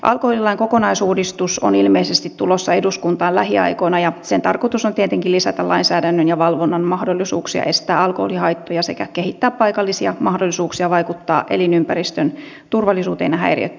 alkoholilain kokonaisuudistus on ilmeisesti tulossa eduskuntaan lähiaikoina ja sen tarkoitus on tietenkin lisätä lainsäädännön ja valvonnan mahdollisuuksia estää alkoholihaittoja sekä kehittää paikallisia mahdollisuuksia vaikuttaa elinympäristön turvallisuuteen ja häiriöttömyyteen